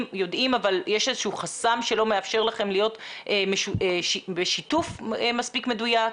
אבל יש איזשהו חסם שלא מאפשר לכם להיות בשיתוף מספיק מדויק?